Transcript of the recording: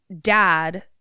dad